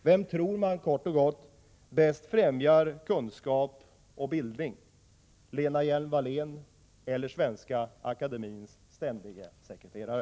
Vem tror man kort och gott bäst främjar kunskap och bildning, Lena Hjelm-Wallén eller svenska akademiens ständige sekreterare?